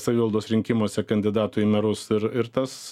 savivaldos rinkimuose kandidatų į merus ir ir tas